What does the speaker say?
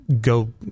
go